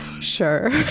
Sure